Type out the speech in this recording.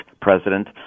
president